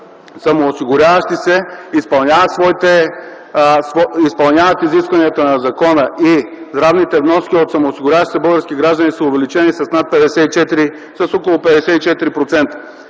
самоосигуряващи се, изпълняват изискванията на закона и здравните вноски от самоосигуряващите се български граждани са увеличени с около 54%.